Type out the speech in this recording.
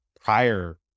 prior